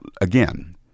again